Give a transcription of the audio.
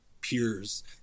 peers